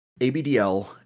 ABDL